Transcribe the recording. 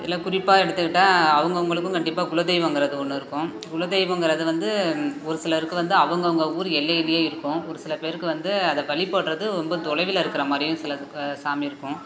இதில் குறிப்பாக எடுத்துக்கிட்டால் அவங்க அவங்களுக்கும் கண்டிப்பாக குல தெய்வம்ங்கிறது ஒன்று இருக்கும் குல தெய்வம்ங்கிறது வந்து ஒரு சிலருக்கு வந்து அவங்க அவங்க ஊர் எல்லையிலயே இருக்கும் ஒரு சில பேருக்கு வந்து அதை வழிப்படுறது ரொம்ப தொலைவில் இருக்கிற மாதிரியும் சிலருக்கு சாமி இருக்கும்